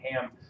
ham